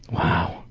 wow.